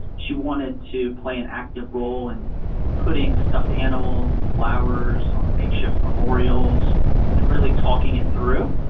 she wanted to play an active role in putting stuffed animals and flowers on the makeshift memorials and really talking it through.